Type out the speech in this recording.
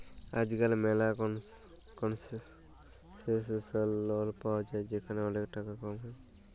আজকাল ম্যালা concessional loan পায়া যায় যেখালে ওলেক টাকা কম হ্যয়